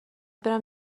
برم